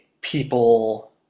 people